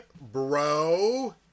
bro